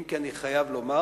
אם כי אני חייב לומר